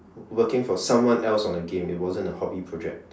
working for someone else on a game it wasn't a hobby project